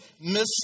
miss